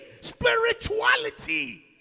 spirituality